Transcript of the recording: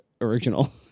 original